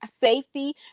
Safety